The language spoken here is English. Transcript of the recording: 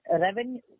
Revenue